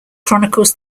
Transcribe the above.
chronicles